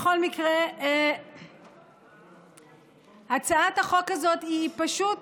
בכל מקרה, הצעת החוק הזאת היא פשוט